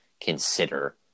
consider